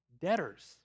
debtors